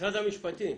משרד המשפטים,